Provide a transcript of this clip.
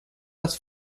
das